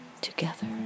together